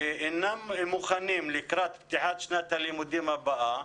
שאינם מוכנים לקראת פתיחת שנת הלימודים הבאה.